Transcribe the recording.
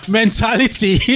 mentality